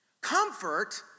Comfort